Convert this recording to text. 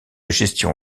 gestion